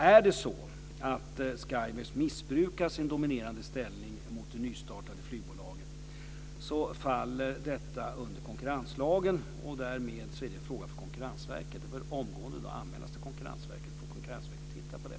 Är det så att Skyways missbrukar sin dominerande ställning mot det nystartade flygbolaget faller detta under konkurrenslagen. Därmed är det en fråga för Konkurrensverket. Det bör omgående anmälas till Konkurrensverket, så att Konkurrensverket får titta på det.